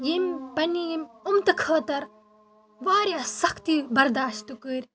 ییٚمۍ پنٛنہِ ییٚمہِ اُمتہٕ خٲطر واریاہ سختی برداشت کٔرۍ